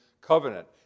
covenant